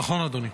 נכון, אדוני.